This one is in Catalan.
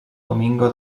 domingo